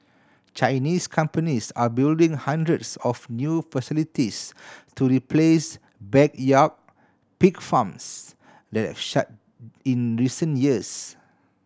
Chinese companies are building hundreds of new facilities to replace backyard pig farms that shut in recent years